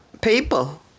people